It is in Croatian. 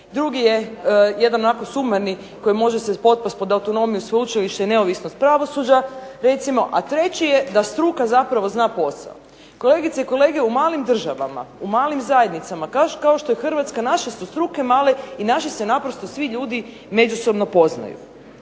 Drugi je jedan onako sumarni koji može se potpasti pod autonomiju sveučilišta i neovisnost pravosuđa recimo. A treći je da struka zapravo zna posao. Kolegice i kolege u malim državama, u malim zajednicama kao što je Hrvatska naše su struke male i naši se naprosto svi ljudi međusobno poznaju.